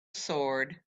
sword